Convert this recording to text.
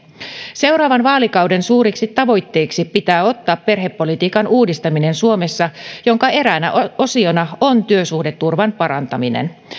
seuraavan vaalikauden suuriksi tavoitteiksi pitää ottaa perhepolitiikan uudistaminen suomessa jonka eräänä osiona on työsuhdeturvan parantaminen